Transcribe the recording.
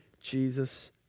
Jesus